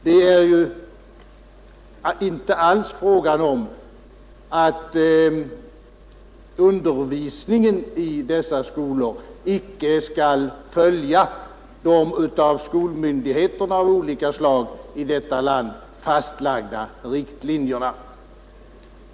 Det är inte alls fråga om att undervisningen i dessa skolor icke skall följa de av skolmyndigheter av olika slag i detta land fastlagda riktlinjerna.